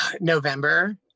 November